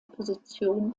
opposition